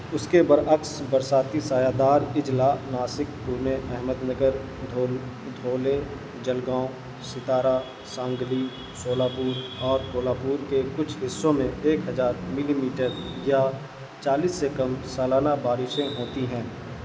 اس کے برعکس برساتی سایہ دار اضلاع ناسک پونے احمد نگر دھولے جلگاؤں ستارا سانگلی شولاپور اور کولہاپور کے کچھ حصوں میں ایک ہزار ملی میٹر یا چالیس سے کم سالانہ بارشیں ہوتی ہیں